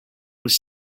was